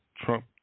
Trump